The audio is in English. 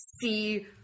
see